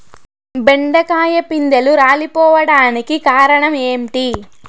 బెండకాయ పిందెలు రాలిపోవడానికి కారణం ఏంటి?